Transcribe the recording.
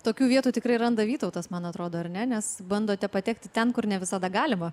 tokių vietų tikrai randa vytautas man atrodo ar ne nes bandote patekti ten kur ne visada galima